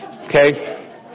Okay